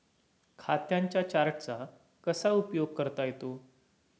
खात्यांच्या चार्टचा कसा उपयोग करता येतो?